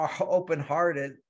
open-hearted